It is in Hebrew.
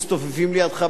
כולם מצטופפים לידך,